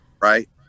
right